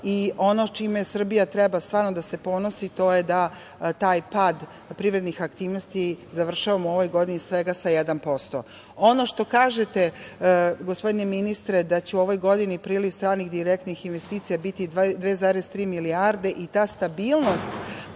i ono čime Srbija treba stvarno da se ponosi to je da taj pad privrednih aktivnosti završavamo u ovoj godini svega sa 1%.Ono što kažete, gospodine ministre, da će u ovoj godini priliv stranih direktnih investicija biti 2,3 milijarde i ta stabilnost